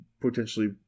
potentially